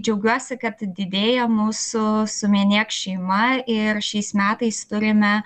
džiaugiuosi kad didėja mūsų sumenėk šeima ir šiais metais turime